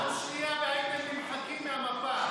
עוד שנייה והייתם נמחקים מהמפה,